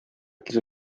ütles